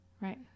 right